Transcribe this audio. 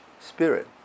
spirit